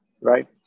right